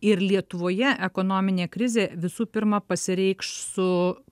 ir lietuvoje ekonominė krizė visų pirma pasireikš su